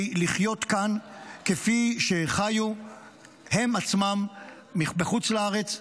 לחיות כאן כפי שחיו הם עצמם בחוץ לארץ.